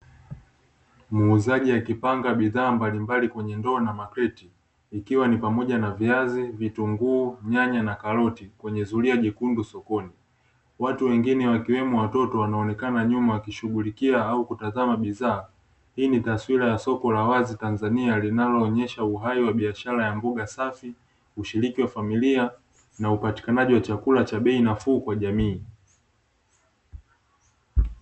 Muuzaji akipanga bidhaa mbalimbali kwenye ndoo na makreti, ikiwa ni pamoja na viazi, vitunguu ,nyanya na karoti kwenye zulia jekundu sokoni. Watu wengine wakiwemo watoto wanaonekana nyuma wakishughulikia au kutazama bidhaa, hii ni taswira ya soko la wazi Tanzania linaloonyesha uhai wa biashara ya mboga safi, ushiriki wa familia na upatikanaji wa chakula cha bei nafuu kwa jamii.